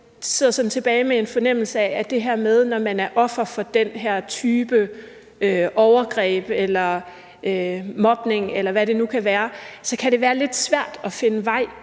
sidder sådan tilbage med en fornemmelse af, at det, når man er offer for den her type overgreb eller mobning, eller hvad det nu kan være, kan være lidt svært at finde vej